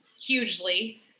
hugely